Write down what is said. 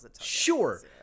sure